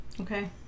Okay